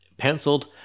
Penciled